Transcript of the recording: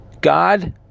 God